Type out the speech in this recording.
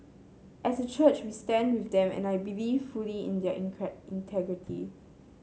as a church we stand with them and I believe fully in their integrity